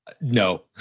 No